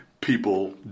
people